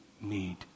need